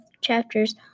chapters